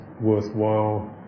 worthwhile